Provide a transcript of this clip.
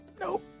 Nope